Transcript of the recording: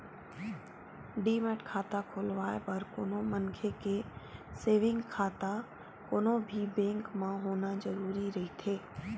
demat खाता खोलवाय बर कोनो मनखे के सेंविग खाता कोनो भी बेंक म होना जरुरी रहिथे